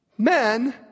Men